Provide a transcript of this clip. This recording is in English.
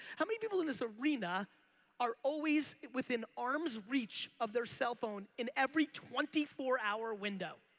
how many people in this arena are always within arms reach of their cell phone in every twenty four hour window?